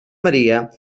maria